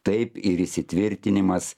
taip ir įsitvirtinimas